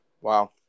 Wow